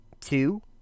two